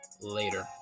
Later